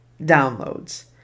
downloads